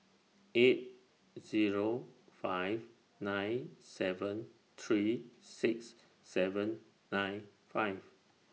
eight Zero five nine seven three six seven nine five